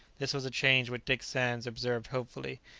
this was a change which dick sands observed hopefully,